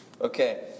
Okay